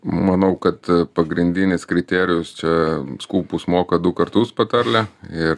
manau kad pagrindinis kriterijus čia skūpus moka du kartus patarlė ir